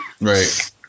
Right